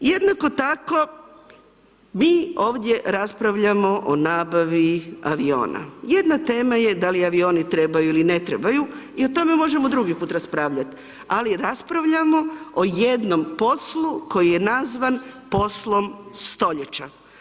Jednako tako, mi ovdje raspravljamo o nabavi aviona, jedna tema je da li avioni trebaju ili ne traju i o tome možemo drugi put raspravljat, ali raspravljamo o jednom poslu koji je nazvan poslom stoljeća.